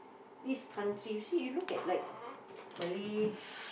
this country you see you look at like Malay